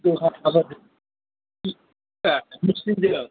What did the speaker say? दहाथा बादि ए मिसिनजों